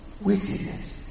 wickedness